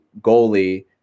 goalie